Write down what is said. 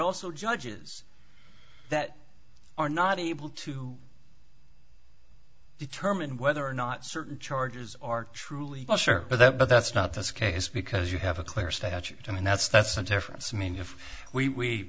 also judges that are not able to determine whether or not certain charges are truly but that but that's not the case because you have a clear statute i mean that's that's the difference i mean if we